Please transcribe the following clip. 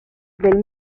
del